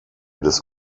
des